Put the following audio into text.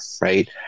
Right